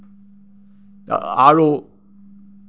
আৰু